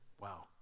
wow